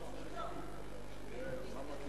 אנחנו ממשיכים בסדר-היום: הצעת חוק הרשויות המקומיות